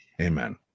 amen